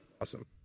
Awesome